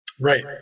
Right